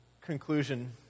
conclusion